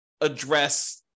address